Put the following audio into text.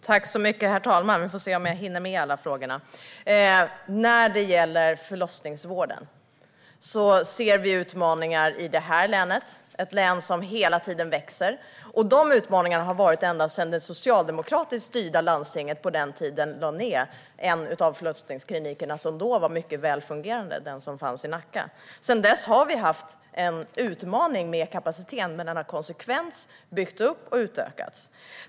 Herr talman! När det gäller förlossningsvården ser vi utmaningar i det här länet, ett län som hela tiden växer. Dessa utmaningar har funnits ända sedan det socialdemokratiskt styrda landstinget på den tiden lade ned en av förlossningsklinikerna som då var mycket välfungerande - den som fanns i Nacka. Sedan dess har vi haft en utmaning när det gäller kapaciteten, men den har konsekvent byggts upp och utökats.